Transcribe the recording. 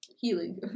healing